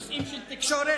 נושאים של תקשורת,